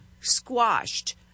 squashed